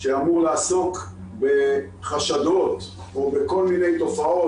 שאמור לעסוק בחשדות או בכל מיני תופעות